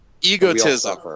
Egotism